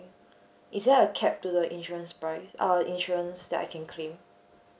is there a cap to the insurance price uh insurance that I can claim